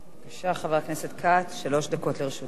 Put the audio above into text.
בבקשה, חבר הכנסת כץ, שלוש דקות לרשותך.